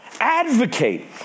Advocate